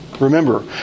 Remember